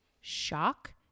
shock